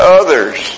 others